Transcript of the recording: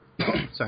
sorry